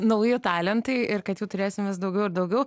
nauji talentai ir kad jų turėsim vis daugiau ir daugiau